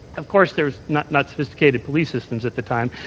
of course, there's not not sophisticated police systems at the time.